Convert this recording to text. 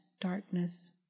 darkness